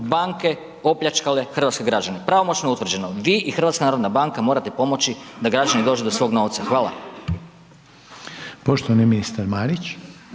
banke opljačkale hrvatske građane, pravomoćno je utvrđeno, vi i HNB morate pomoći da građani dođu do svog novca. Hvala.